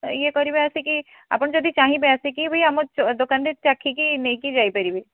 ଇଏ କରିବେ ଆସିକି ଆପଣ ଯଦି ଚାହିଁବେ ଆସିକି ବି ଆମ ଦୋକାନରେ ଚାଖିକି ନେଇକି ଯାଇପାରିବେ